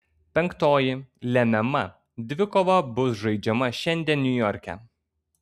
penktoji lemiama dvikova bus žaidžiama šiandien niujorke